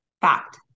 fact